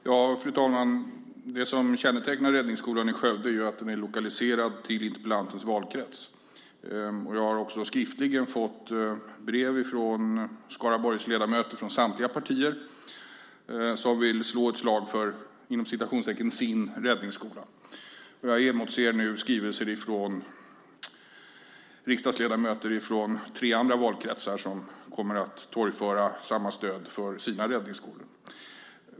Fru talman! Det som kännetecknar Räddningsskolan i Skövde är att den är lokaliserad till interpellantens valkrets, och jag har skriftligen fått brev från Skaraborgsledamöter från samtliga partier som vill slå ett slag för "sin" räddningsskola. Jag emotser nu skrivelser från riksdagsledamöter från tre andra valkretsar som kommer att torgföra stöd för sina räddningsskolor.